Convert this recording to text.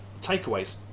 takeaways